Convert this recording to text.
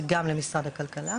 וגם למשרד הכלכלה.